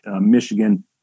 Michigan